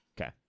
Okay